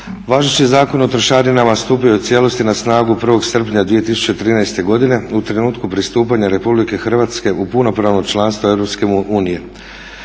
Važeći Zakon o trošarinama stupio je u cijelosti na snagu 1.srpnja 2013.godine u trenutku pristupanja RH u punopravno članstvo EU,